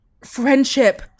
friendship